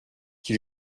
qui